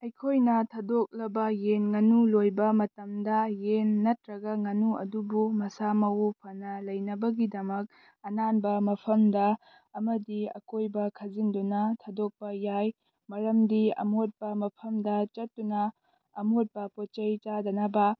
ꯑꯩꯈꯣꯏꯅ ꯊꯥꯗꯣꯛꯂꯕ ꯌꯦꯟ ꯉꯥꯅꯨ ꯂꯣꯏꯕ ꯃꯇꯝꯗ ꯌꯦꯟ ꯅꯠꯇ꯭ꯔꯒ ꯉꯥꯅꯨ ꯑꯗꯨꯕꯨ ꯃꯁꯥ ꯃꯎ ꯐꯅ ꯂꯩꯅꯕꯒꯤꯗꯃꯛ ꯑꯅꯥꯟꯕ ꯃꯐꯝꯗ ꯑꯃꯗꯤ ꯑꯀꯣꯏꯕ ꯈꯥꯖꯤꯟꯗꯨꯅ ꯊꯥꯗꯣꯛꯄ ꯌꯥꯏ ꯃꯔꯝꯗꯤ ꯑꯃꯣꯠꯄ ꯃꯐꯝꯗ ꯆꯠꯇꯨꯅ ꯑꯃꯣꯠꯄ ꯄꯣꯠ ꯆꯩ ꯆꯥꯗꯅꯕ